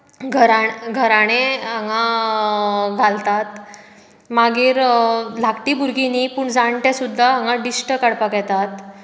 गाराणें गाराणें हांगा घालतात धाकटी भुरगीं न्ही पूण जाणटे सुद्दा हांगा दिश्ट्यो काडपाक येतात